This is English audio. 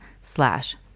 slash